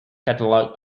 catalog